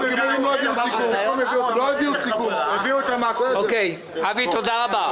אבי, תודה רבה.